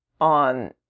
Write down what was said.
on